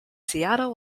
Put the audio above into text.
seattle